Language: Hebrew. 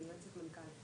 אני יועצת מנכ"ל.